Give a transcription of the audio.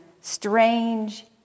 strange